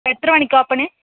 എത്ര മണിക്ക് ഓപ്പണ്